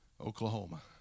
Oklahoma